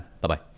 Bye-bye